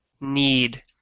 need